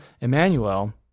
Emmanuel